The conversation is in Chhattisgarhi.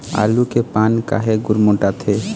आलू के पान काहे गुरमुटाथे?